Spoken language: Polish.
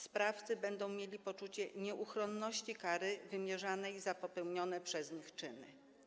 Sprawcy będą mieli poczucie nieuchronności kary wymierzanej za popełnione przez nich czyny.